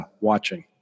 watching